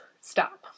stop